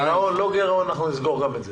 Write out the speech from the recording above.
גירעון או לא גירעון, אנחנו נסגור גם את זה.